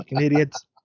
idiots